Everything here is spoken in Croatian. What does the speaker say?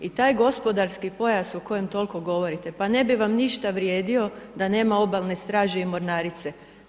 I taj gospodarski pojas o kojem toliko govorite, pa ne bi vam ništa vrijedio da nema Obalne straže i mornarice.